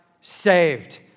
saved